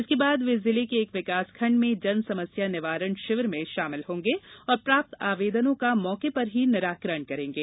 इसके बाद वे जिले के एक विकासखंड में जन समस्या निवारण शिविर में शामिल होंगे और प्राप्त आवेदनों का मौके पर ही निराकरण करेंगे